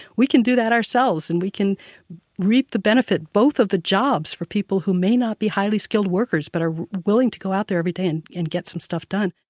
we can do that ourselves, and we can reap the benefit both of the jobs for people who may not be highly skilled workers, but are willing to go out there every day and and get some stuff done.